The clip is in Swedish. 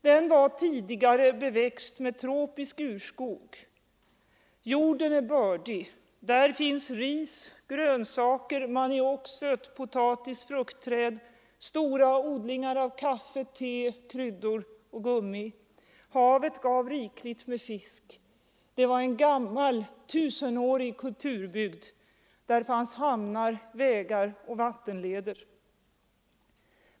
Den var tidigare beväxt med tropisk urskog. Jorden är bördig. Där fanns ris, grönsaker, maniok, sötpotatis, fruktträd, stora odlingar av kaffe, te, kryddor och gummi. Havet gav rikligt med fisk. Det var en tusenårig kulturbygd — där fanns hamnar, vägar och vattenled.